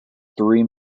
three